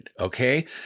okay